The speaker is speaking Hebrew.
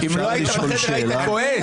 אם לא היית בחדר היית כועס.